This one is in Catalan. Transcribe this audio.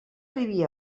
arribi